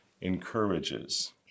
encourages